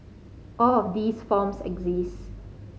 all of these forms exist